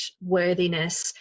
worthiness